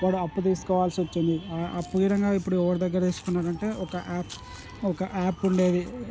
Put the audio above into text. వాడు అప్పు తీసుకోవాల్సి వచ్చింది ఆ అప్పు గినంగా ఇప్పుడు ఎవరి దగ్గర తీసుకున్నాడు అంటే ఒక ఆప్ ఒక యాప్ ఉండేది